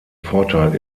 vorteil